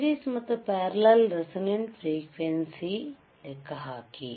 series ಮತ್ತು parallel resonant frequency ಲೆಕ್ಕಹಾಕಿ